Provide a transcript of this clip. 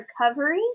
recovery